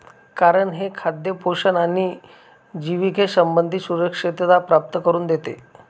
कारण हे खाद्य पोषण आणि जिविके संबंधी सुरक्षितता प्राप्त करून देते